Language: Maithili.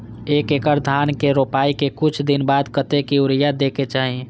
एक एकड़ धान के रोपाई के कुछ दिन बाद कतेक यूरिया दे के चाही?